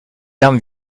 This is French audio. lames